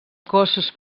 cossos